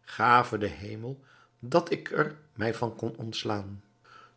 gave de hemel dat ik er mij van kon ontslaan